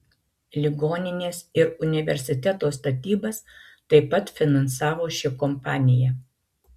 ligoninės ir universiteto statybas taip pat finansavo ši kompanija